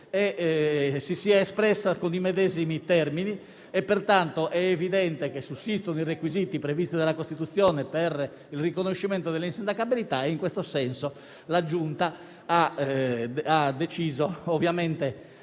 sia espressa con i medesimi termini. È pertanto evidente che sussistono i requisiti previsti dalla Costituzione per il riconoscimento dell'insindacabilità e, in questo senso, la Giunta ha deciso a maggioranza di riconoscere